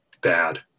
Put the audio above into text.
bad